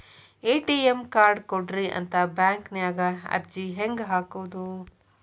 ATM card ಕೊಡ್ರಿ ಅಂತ ಬ್ಯಾಂಕ ನ್ಯಾಗ ಅರ್ಜಿ ಹೆಂಗ ಹಾಕೋದು?